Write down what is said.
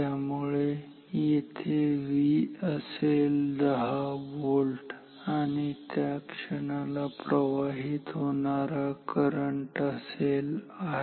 त्यामुळे येथे V असेल 10 व्होल्ट आणि त्या क्षणाला प्रवाहित होणारा करंट असेल I